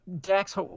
Dax